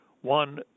One